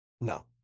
No